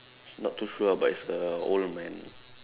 not too sure ah but it's a old man